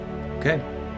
Okay